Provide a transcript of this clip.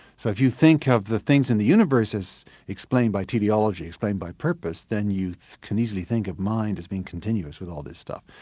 so if you think of the things in the universe as explained by teleology, explained by purpose, then you can easily think of mind as being continuous with all this stuff.